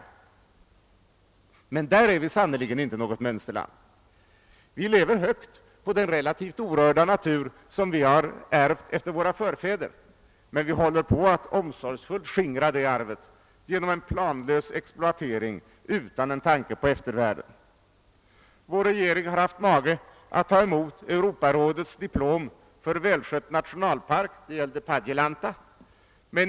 I detta avseende är vi sannerligen inte något mönsterland. Vi lever högt på den relativt orörda natur vi ärvt från våra förfäder, men vi håller på att omsorgsfullt skingra detta arv genom en planlös exploatering utan en tanke på eftervärlden. Vår regering har haft mage att ta emot Europarådets diplom för god skötsel av nationalpark, nämligen för Padjelanta.